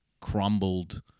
crumbled